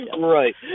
right